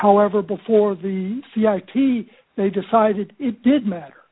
however before the c r t c they decided it didn't matter